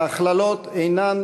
ההכללות הנן